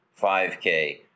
5K